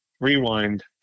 Rewind